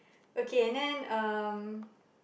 okay and then um